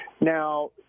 Now